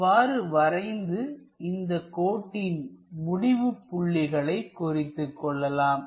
அவ்வாறு வரைந்து இந்த கோட்டின் முடிவு புள்ளிகளை குறித்துக் கொள்ளலாம்